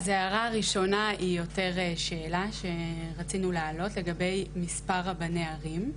אז ההערה הראשונה היא יותר שאלה שרצינו להעלות לגבי מספר רבני עיר,